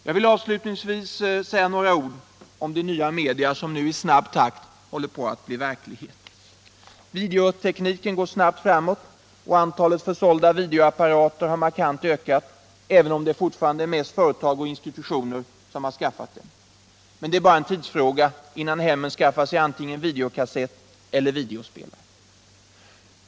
Jag vill avslutningsvis säga några ord om de nya media som nu i olika takt håller på att bli verklighet. Videotekniken går snabbt framåt och antalet försålda videoapparater har markant ökat, även om det fortfarande mest är företag och institutioner som har skaffat dem. Men det är bara en tidsfråga innan hemmen skaffar sig antingen videokassetteller videoskivspelare.